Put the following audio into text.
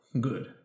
good